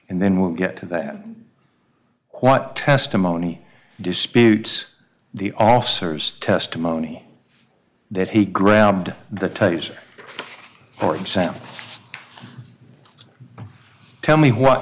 and then we'll get to that what testimony disputes the officer's testimony that he grabbed the taser for example so tell me what